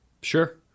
Sure